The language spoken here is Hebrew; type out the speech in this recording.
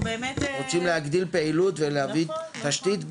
אם רוצים להגדיל פעילות ולהביא תשתית,